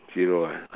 zero ah